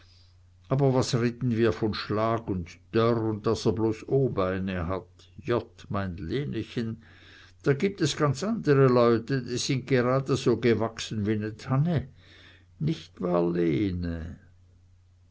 aber was reden wir von schlag und dörr un daß er bloß o beine hat jott mein lenechen da gibt es ganz andere leute die sind so grade gewachsen wie ne tanne nich wahr lene